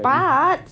but